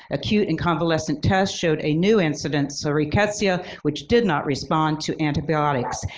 acute and convalescent test showed a new incidence, so rickettsia which did not respond to antibiotics.